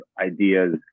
ideas